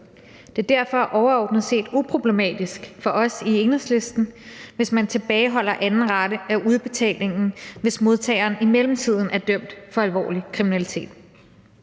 Det er derfor overordnet set uproblematisk for os i Enhedslisten, hvis man tilbageholder anden rate af udbetalingen, hvis modtageren i mellemtiden er dømt for alvorlig kriminalitet.